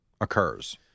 occurs